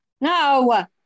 No